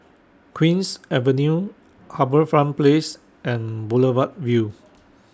Queen's Avenue HarbourFront Place and Boulevard Vue